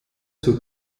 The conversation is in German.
zur